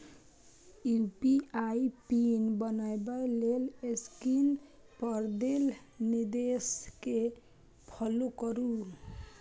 UPI PIN बनबै लेल screen पर देल निर्देश कें फॉलो करू